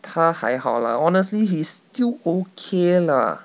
他还好 lah honestly he still okay lah